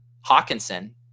Hawkinson